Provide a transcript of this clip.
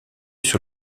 sur